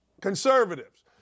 conservatives